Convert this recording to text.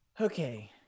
Okay